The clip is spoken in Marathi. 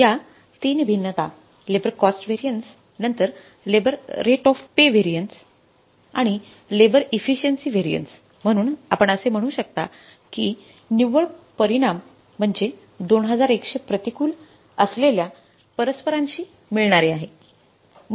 या ३ भिन्नता लेबर कॉस्ट व्हॅरियन्स नंतर labour rate of pay variance आणि लेबर इफिशिएंसि व्हॅरियन्स म्हणून आपण असे म्हणू शकता की निव्वळ परिणाम म्हणजे 2100 प्रतिकूल असलेल्या परस्परांशी मिळणारे आहे